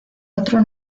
otro